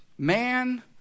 man